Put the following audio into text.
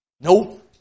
Nope